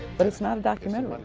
but it's not a documentary,